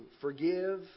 forgive